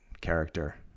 character